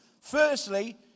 Firstly